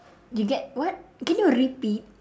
you get what can you repeat